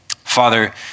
Father